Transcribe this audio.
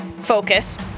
focus